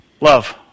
Love